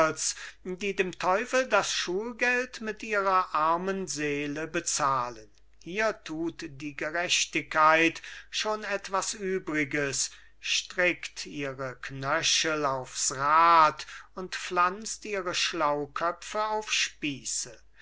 die dem teufel das schulgeld mit ihrer armen seele bezahlen hier tut die gerechtigkeit schon etwas übriges strickt ihr knöchel aufs rad und pflanzt ihre schlauköpfe auf spieße